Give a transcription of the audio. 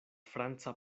franca